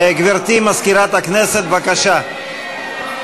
גברתי מזכירת הכנסת, בבקשה.